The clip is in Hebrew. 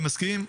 אני מסכים,